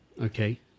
okay